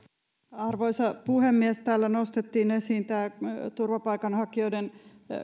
arvoisa puhemies täällä nostettiin esiin turvapaikanhakijoiden